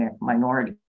minority